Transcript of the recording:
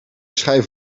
schijf